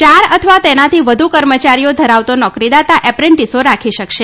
યાર અથવા તેનાથી વધુ કર્મચારીઓ ધરાવતો નોકરીદાતા એપ્રેન્ટીસો રાખી શકશે